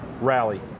rally